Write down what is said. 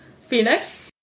Phoenix